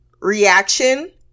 reaction